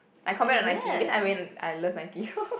like compared to Nike because I real~ I love Nike